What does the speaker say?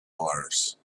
mars